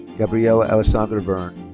gabriella alessandra verne.